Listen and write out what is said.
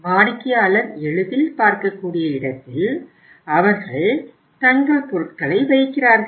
வாடிக்கையாளர் எளிதில் பார்க்கக்கூடிய இடத்தில் அவர்கள் தங்கள் பொருட்களை வைக்கிறார்கள்